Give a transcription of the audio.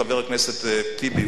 חבר הכנסת טיבי,